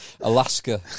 Alaska